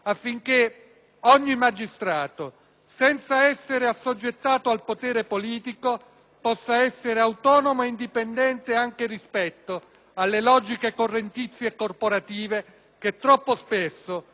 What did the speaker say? possa essere autonomo e indipendente anche rispetto alle logiche correntizie e corporative che troppo spesso prendono il sopravvento su criteri di efficienza e di meritocrazia.